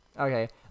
Okay